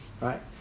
Right